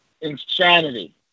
insanity